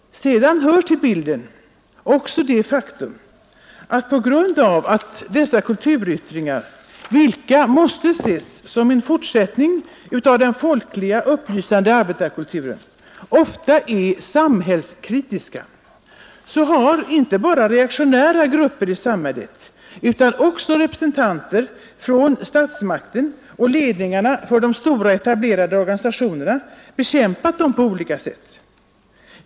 Till bilden hör också att dessa kulturyttringar, vilka måste ses som en fortsättning av den folkliga, upplysande arbetarkulturen, ofta är samhällskritiska, och på grund av detta har inte bara reaktionära grupper i samhället utan också representanter för statsmakten och ledningarna för de stora etablerade organisationerna bekämpat dem på olika sätt.